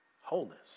wholeness